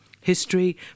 history